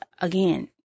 again